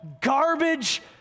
garbage